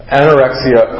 anorexia